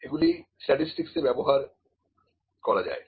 এগুলিকোয়ান্টিটেটিভ স্ট্যাটিসটিকসে ব্যবহার করা যায়